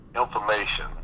information